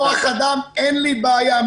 עם כוח אדם אין לי בעיה.